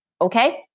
okay